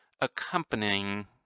accompanying